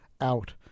out